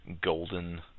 golden